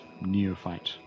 neophyte